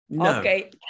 okay